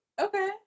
Okay